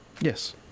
Yes